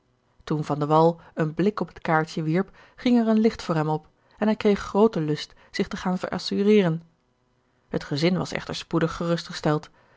een blik op het kaartje wierp ging er een licht voor hem op en hij kreeg grooten lust zich te gaan verassureren het gezin was echter spoedig gerust gesteld